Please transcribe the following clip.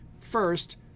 first